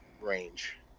range